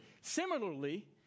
Similarly